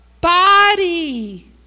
body